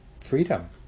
freedom